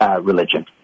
religion